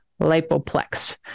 lipoplex